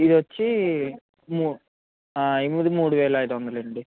ఇదొచ్చి ము ఇది మూడు వేల ఐదు వందలండి